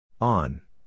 On